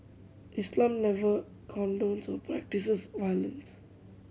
Islam never condones or practises violence